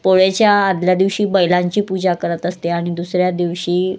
पोळ्याच्या आदल्या दिवशी बैलांची पूजा करत असते आणि दुसऱ्या दिवशी